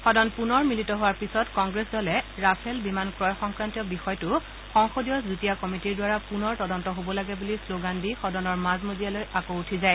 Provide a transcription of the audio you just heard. সদন পুনৰ মিলিত হোৱাৰ পিছত কংগ্ৰেছ দলে ৰাফেল বিমান ক্ৰয় সংক্ৰান্তীয় বিষয়টো সংসদীয় যুটীয়া কমিটীৰ দ্বাৰা পুনৰ তদন্ত হ'ব লাগে বুলি শ্লগান দি সদনৰ মাজ মজিয়ালৈ আকৌ উঠি যায়